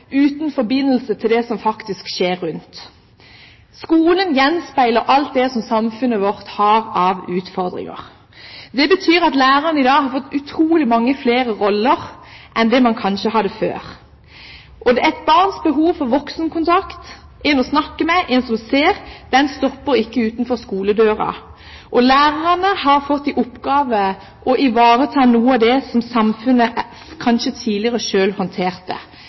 Skolen gjenspeiler alt det som samfunnet vårt har av utfordringer. Det betyr at lærerne i dag har fått utrolig mange flere roller enn det de kanskje hadde før. Et barns behov for voksenkontakt, en å snakke med, en som ser, stopper ikke utenfor skoledøra. Lærerne har fått i oppgave å ivareta noe av det som kanskje samfunnet tidligere selv håndterte.